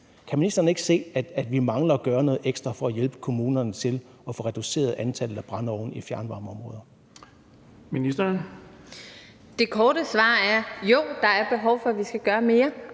Kan ministeren ikke se, at vi mangler at gøre noget ekstra for at hjælpe kommunerne til at få reduceret antallet af brændeovne i fjernvarmeområder? Kl. 13:55 Den fg. formand (Erling